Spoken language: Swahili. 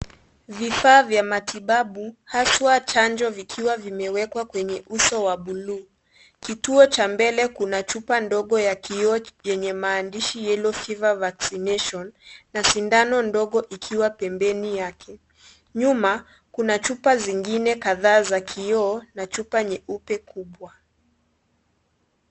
Vifaa vya matibabu, haswa chanjo vikiwa vimewekwa kwenye uso wa bluu. Kituo cha mbele kuna chupa ndogo ya kioo yenye maandishi Yellow fever vaccination , na sindano ndogo ikiwa pembeni yake. Nyuma, kuna chupa zingine kadhaa za kioo na chupa nyeupe kubwa.